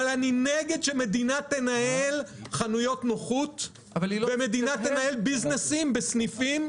אבל אני נגד שהמדינה תנהל חנויות נוחות ושהמדינה תנהל עסקים בסניפים.